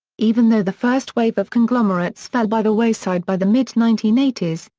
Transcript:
even though the first wave of conglomerates fell by the wayside by the mid nineteen eighty s,